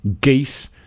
Geese